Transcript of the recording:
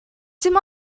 dim